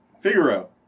Figaro